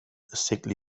sickly